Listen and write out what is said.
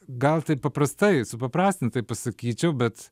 gal taip paprastai supaprastintai pasakyčiau bet